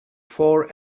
four